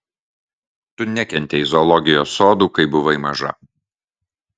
tu nekentei zoologijos sodų kai buvai maža